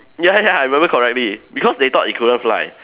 ya ya I remember correctly because they thought it couldn't fly